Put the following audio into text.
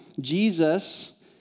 Jesus